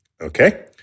Okay